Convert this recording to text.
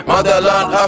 Motherland